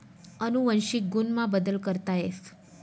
अनुवंशिक गुण मा बदल करता येस